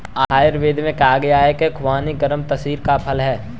आयुर्वेद में कहा गया है कि खुबानी गर्म तासीर का फल है